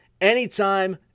anytime